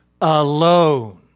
alone